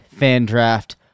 FanDraft